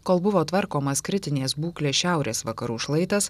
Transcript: kol buvo tvarkomas kritinės būklės šiaurės vakarų šlaitas